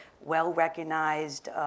well-recognized